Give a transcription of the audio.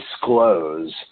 disclose